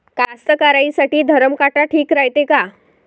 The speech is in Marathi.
कास्तकाराइसाठी धरम काटा ठीक रायते का?